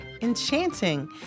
Enchanting